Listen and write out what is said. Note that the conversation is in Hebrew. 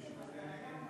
ומי שמצביע נגד?